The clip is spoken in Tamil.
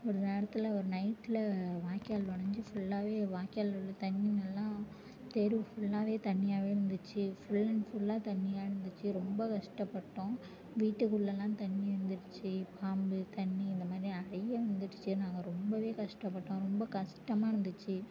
ஒரு நேரத்தில் ஒரு நைட்டில் வாய்க்கால் உடஞ்சி ஃபுல்லாகவே வாய்க்காலில் உள்ள தண்ணிங்க எல்லாம் தெரு ஃபுல்லாகவே தண்ணியாகவே இருந்துச்சு ஃபுல் அண்ட் ஃபுல்லாக தண்ணியாக இருந்துச்சு ரொம்ப கஷ்டப்பட்டோம் வீட்டுக்குள்ளேலாம் தண்ணி வந்துடுத்து பாம்பு தண்ணி இந்தமாதிரி நிறைய வந்துடுச்சு நாங்கள் ரொம்பவே கஷ்டப்பட்டோம் ரொம்ப கஷ்டமாக இருந்துச்சு